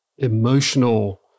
emotional